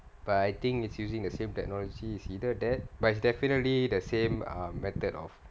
but I think it's using the same technology is either that but it's definitely the same method of